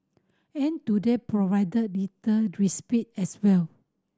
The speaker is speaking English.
and today provided little respite as well